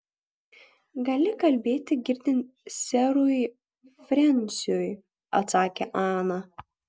gali kalbėti girdint serui frensiui atsakė ana